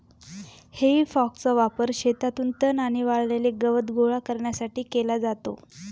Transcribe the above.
हेई फॉकचा वापर शेतातून तण आणि वाळलेले गवत गोळा करण्यासाठी केला जातो